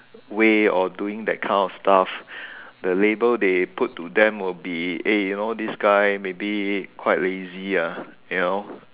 way of doing that kind of stuff the label they put to them will be eh you know this guy maybe quite lazy ah you know